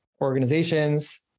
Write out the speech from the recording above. organizations